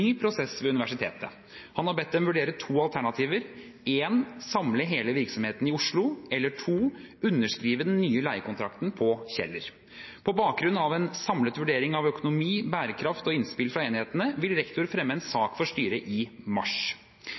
prosess ved universitetet. Han har bedt dem vurdere to alternativer: samle hele virksomheten i Oslo underskrive den nye leiekontrakten på Kjeller På bakgrunn av en samlet vurdering av økonomi, bærekraft og innspill fra enhetene vil rektor fremme en sak for styret i mars.